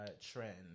trend